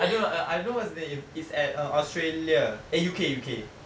I don't know uh uh I know what's the it's at uh australia eh U_K U_K